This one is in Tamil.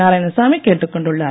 நாராயணசாமி கேட்டுக்கொண்டுள்ளார்